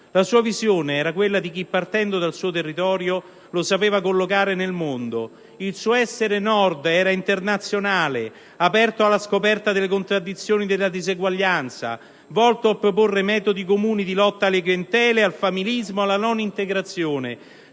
La sua visione era quella di chi, partendo dal suo territorio, sapeva collocarlo nel mondo. Il suo essere Nord era internazionale, aperto alla scoperta delle contraddizioni della disuguaglianza, volto a proporre metodi comuni di lotta alle clientele, al familismo, alla non integrazione;